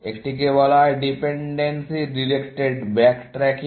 একটিকে বলা হয় ডিপেন্ডেন্সি ডিরেক্টেড ব্যাক ট্র্যাকিং